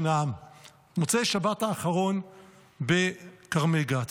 שנאם במוצאי שבת האחרון בכרמי גת.